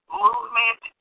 movement